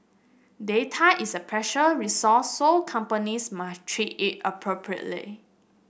data is a precious resource so companies must treat it appropriately